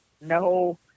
No